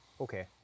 Okay